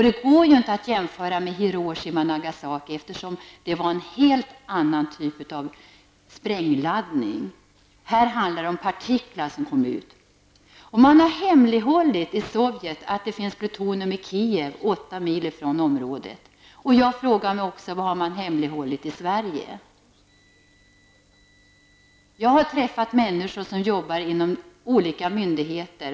Det går inte att jämföra med Hiroshima och Nagasaki, eftersom det där var fråga om en speciell typ av sprängladdning. Här handlar det om partiklar. Man har i Sovjetunionen hemlighållit att det finns plutonium i Kijev, 8 mil från områden. Jag frågar mig vad man har hemlighållit i Sverige. Jag har träffat människor som arbetar i olika myndigheter.